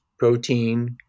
protein